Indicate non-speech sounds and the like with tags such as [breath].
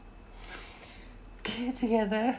[breath] care together